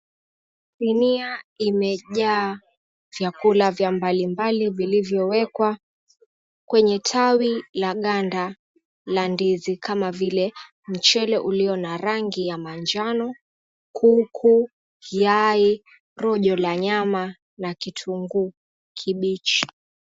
Sinia imejaa chakula vya mbali mbali vilivyowekwa kwenye tawi la ganda la ndizi kama vile, mchele ulio na rangi ya manjano, kuku, yai, rojo la nyama na kitunguu, kibichi.